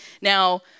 Now